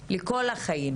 כל החיים,